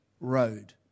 road